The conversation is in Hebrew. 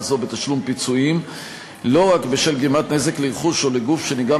זו בתשלום פיצויים לא רק בשל גרימת נזק לרכוש או לגוף שנגרם